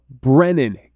Brennan